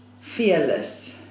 Fearless